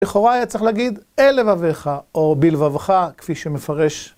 לכאורה היה צריך להגיד אל לבביך, או בלבבך, כפי שמפרש.